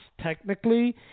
technically